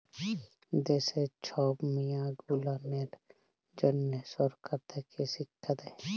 দ্যাশের ছব মিয়াঁ গুলানের জ্যনহ সরকার থ্যাকে শিখ্খা দেই